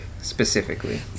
specifically